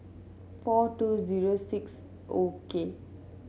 four two zero six O K